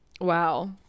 wow